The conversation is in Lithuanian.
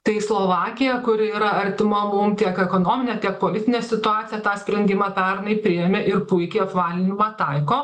tai slovakija kuri yra artima mum tiek ekonomine tiek politine situacija tą sprendimą pernai priėmė ir puikiai apvalinimą taiko